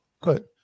Good